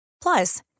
Plus